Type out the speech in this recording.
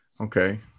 Okay